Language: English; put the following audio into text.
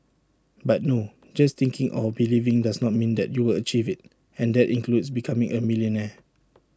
but no just thinking or believing does not mean that you will achieve IT and that includes becoming A millionaire